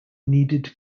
needed